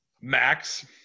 Max